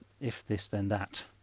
if-this-then-that